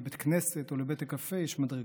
לבית כנסת או לבית הקפה יש מדרגה.